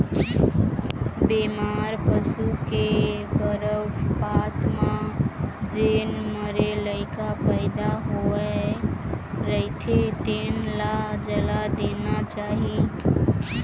बेमार पसू के गरभपात म जेन मरे लइका पइदा होए रहिथे तेन ल जला देना चाही